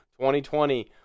2020